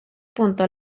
punto